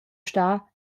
star